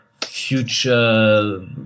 future